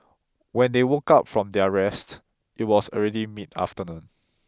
when they woke up from their rest it was already mid afternoon